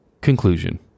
Conclusion